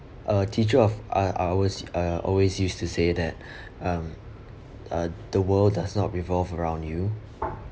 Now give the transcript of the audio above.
a teacher of uh ours uh always used to say that um uh the world does not revolve around you